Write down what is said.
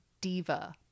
diva